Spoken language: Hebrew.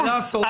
מה לעשות.